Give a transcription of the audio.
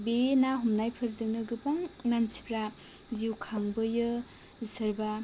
बे ना हमनायफोरजोंनो गोबां मानसिफ्रा जिउ खांबोयो सोरबा